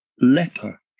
Leper